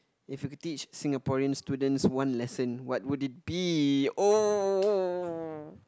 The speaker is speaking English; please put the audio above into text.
if you could teach Singaporean students one lesson what would it be oh